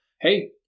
hey